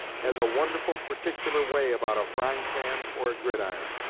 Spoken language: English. has a wonderful particular way about a frying-pan or a gridiron!